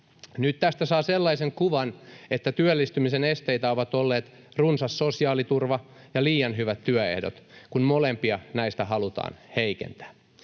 tästä saa sellaisen kuvan, että työllistymisen esteitä ovat olleet runsas sosiaaliturva ja liian hyvät työehdot, kun molempia näistä halutaan heikentää.